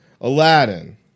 Aladdin